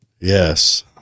Yes